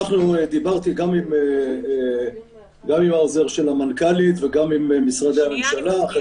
דיברתי גם עם העוזר של המנכ"לית וגם עם משרדי הממשלה,